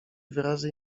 wyrazy